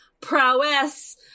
prowess